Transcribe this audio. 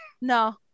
no